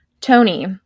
Tony